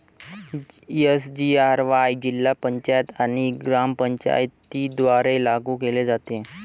SGRY जिल्हा पंचायत आणि ग्रामपंचायतींद्वारे लागू केले जाते